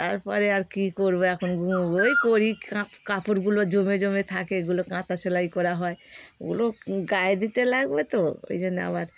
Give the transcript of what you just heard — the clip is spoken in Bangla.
তারপরে আর কী করবো এখন ওই করি কাপড়গুলো জমে জমে থাকে এগুলো কাঁথা সেলাই করা হয় ওগুলো গায়ে দিতে লাগবে তো ওই জন্য আবার